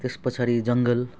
त्यस पछाडि जङ्गल